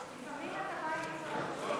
ההצעה